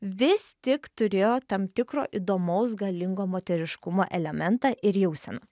vis tik turėjo tam tikro įdomaus galingo moteriškumo elementą ir jauseną